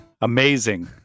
Amazing